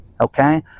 okay